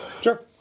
Sure